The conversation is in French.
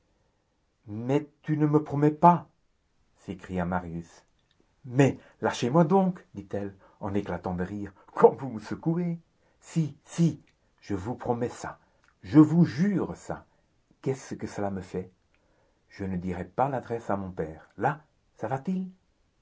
mais tu ne me promets pas s'écria marius mais lâchez-moi donc dit-elle en éclatant de rire comme vous me secouez si si je vous promets ça je vous jure ça qu'est-ce que cela me fait je ne dirai pas l'adresse à mon père là ça va-t-il